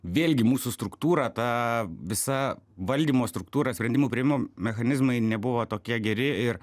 vėlgi mūsų struktūrą ta visa valdymo struktūra sprendimų priėmimo mechanizmai nebuvo tokie geri ir